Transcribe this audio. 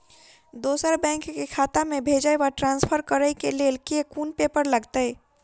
दोसर बैंक केँ खाता मे भेजय वा ट्रान्सफर करै केँ लेल केँ कुन पेपर लागतै?